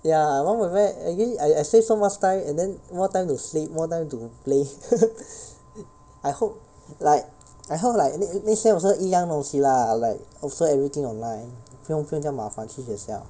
ya one point five I I save so much time and then more time to sleep more time to play I hope like I hope like 那那些好像一样的东西 lah like also everything online 不用不用这样麻烦去学校